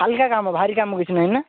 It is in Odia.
ହାଲକା କାମ ଭାରି କାମ କିଛି ନାହିଁ ନା